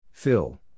Phil